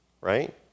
Right